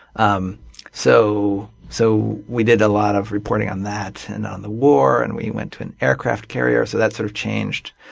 um so so we did a lot of reporting on that and on the war. and we went to an aircraft carrier, so that sort of changed.